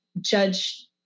judge